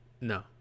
No